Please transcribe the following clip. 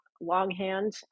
longhand